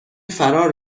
فرار